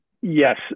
yes